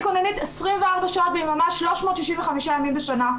אני כוננית 24 שעות ביממה, 365 ימים בשנה.